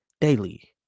daily